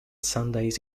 sundays